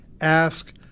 ask